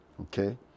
Okay